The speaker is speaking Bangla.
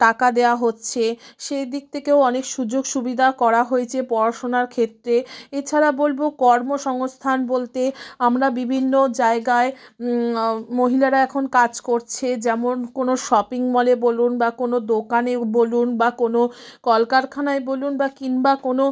টাকা দেওয়া হচ্ছে সে দিক থেকেও অনেক সুযোগ সুবিধা করা হয়েছে পড়াশোনার ক্ষেত্রে এছাড়া বলবো কর্ম সংস্থান বলতে আমরা বিভিন্ন জায়গায় মহিলারা এখন কাজ করছে যেমন কোনো শপিং মলে বলুন বা কোনো দোকানে বলুন বা কোনো কলকারখানায় বলুন বা কিম্বা কোনো